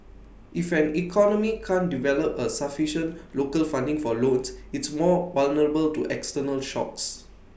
if an economy can't develop A sufficient local funding for loans it's more vulnerable to external shocks